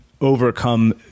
overcome